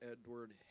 Edward